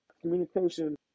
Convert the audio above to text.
communication